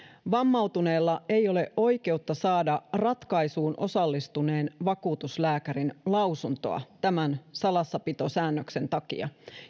vammautuneella ei ole oikeutta saada ratkaisuun osallistuneen vakuutuslääkärin lausuntoa tämän salassapitosäännöksen takia